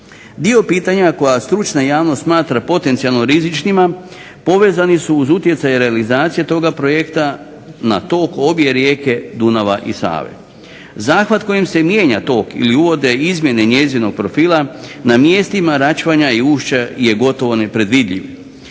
Dio pitanja koja stručna javnost smatra potencijalno rizičnima povezani su uz utjecaj realizacije toga projekta na tok obje rijeke Dunava i Save. Zahvat kojim se mijenja tok ili uvode izmjene njezinog profila na mjestima račvanja ušća je gotovo nepredvidljiv.